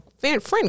Friend